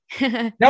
No